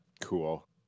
Cool